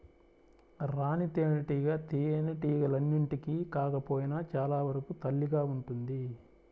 రాణి తేనెటీగ తేనెటీగలన్నింటికి కాకపోయినా చాలా వరకు తల్లిగా ఉంటుంది